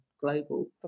global